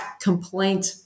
complaint